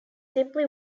simply